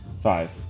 Five